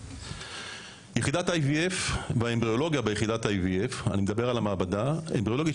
יחידת ה-IVF באמבריולוגיה אני מדבר על המעבדה אמבריולוגית